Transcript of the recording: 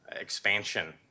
Expansion